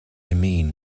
mean